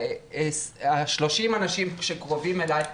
30 אנשים שקרובים אליי,